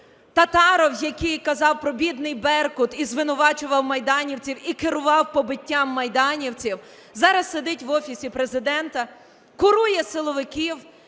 Татаров, який казав про "бідний "Беркут", і звинувачував майданівців, і керував побиттям майданівців, зараз сидить в Офісі Президента, курує силовиків,